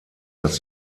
dass